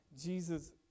Jesus